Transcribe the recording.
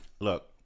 Look